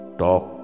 talk